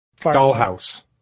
Dollhouse